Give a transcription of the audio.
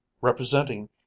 representing